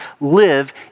live